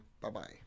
Bye-bye